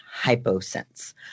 hyposense